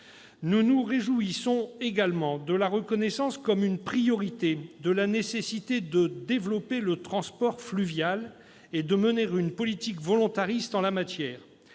Nous nous réjouissons également de la consécration comme une priorité de la nécessité de développer le transport fluvial et de mener une politique volontariste en la matière,